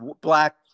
black